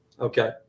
Okay